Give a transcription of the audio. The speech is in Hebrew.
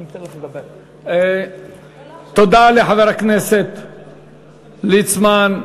תודה לחבר הכנסת ליצמן.